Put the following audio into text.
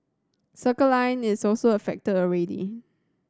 Circle Line is also affected already